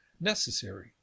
necessary